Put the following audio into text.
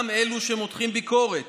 גם אלו שמותחים ביקורת,